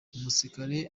umusirikare